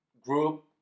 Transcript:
group